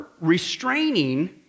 restraining